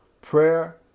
Prayer